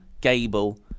Gable